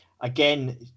again